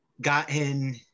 gotten